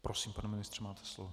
Prosím, pane ministře, máte slovo.